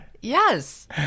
Yes